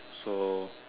so